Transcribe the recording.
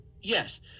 Yes